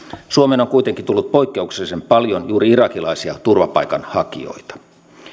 suomeen on kuitenkin tullut poikkeuksellisen paljon juuri irakilaisia turvapaikanhakijoita